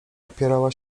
opierała